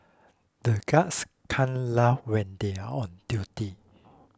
the guards can't laugh when they are on duty